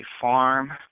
farm